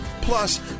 Plus